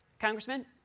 Congressman